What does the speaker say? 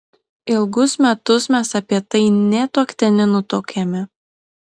ilgus metus mes apie tai nė tuokte nenutuokėme